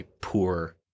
poor